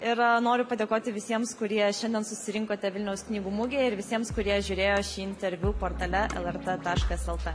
ir noriu padėkoti visiems kurie šiandien susirinkote vilniaus knygų mugėje ir visiems kurie žiūrėjo šį interviu portale el er t taškas el t